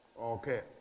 Okay